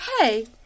Hey